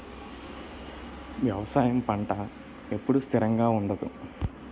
వ్యవసాయం పంట ఎప్పుడు స్థిరంగా ఉండదు